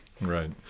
Right